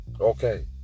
Okay